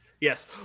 Yes